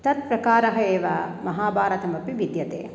तत् प्रकारः एव महाभारतमपि विद्यते